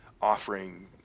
offering